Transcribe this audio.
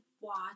watch